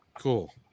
Cool